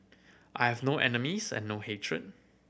I have no enemies and no hatred